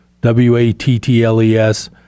W-A-T-T-L-E-S